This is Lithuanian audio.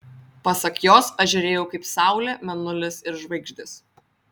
pasak jos aš žėrėjau kaip saulė mėnulis ir žvaigždės